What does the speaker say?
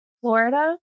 Florida